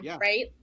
right